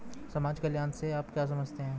समाज कल्याण से आप क्या समझते हैं?